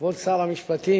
כבוד שר המשפטים,